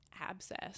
abscess